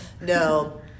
no